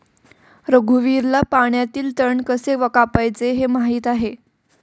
रघुवीरला पाण्यातील तण कसे कापायचे हे माहित आहे